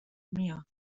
میان